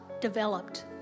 developed